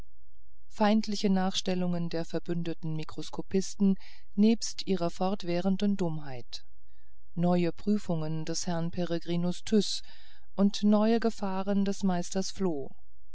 feindliche nachstellungen der verbündeten mikroskopisten nebst ihrer fortwährenden dummheit neue prüfungen des herrn peregrinus tyß und neue gefahren des meisters floh